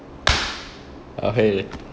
okay